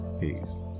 Peace